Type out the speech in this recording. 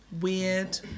Weird